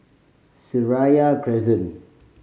Seraya Crescent